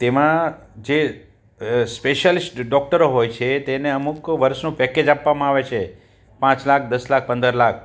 તેમાં જે સ્પેસ્યાલિસ્ટ ડોક્ટરો હોય છે તેને અમુક વર્ષનું પેકેજ આપવામાં આવે છે પાંચ લાખ દસ લાખ પંદર લાખ